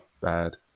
bad